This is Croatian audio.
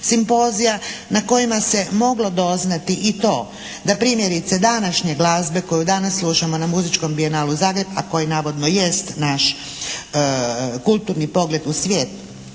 simpozija na kojima se moglo doznati i to da primjerice današnje glazbe koju danas slušamo na Muzičkom bijenalu Zagreb a koji navodno jest naš kulturni pogled u svijet.